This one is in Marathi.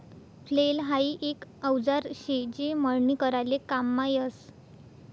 फ्लेल हाई एक औजार शे जे मळणी कराले काममा यस